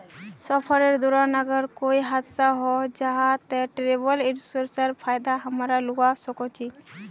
सफरेर दौरान अगर कोए हादसा हन जाहा ते ट्रेवल इन्सुरेंसर फायदा हमरा लुआ सकोही